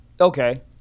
okay